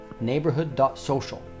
neighborhood.social